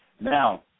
Now